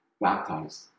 baptized